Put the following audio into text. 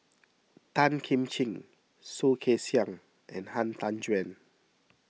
Tan Kim Ching Soh Kay Siang and Han Tan Juan